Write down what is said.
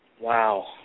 Wow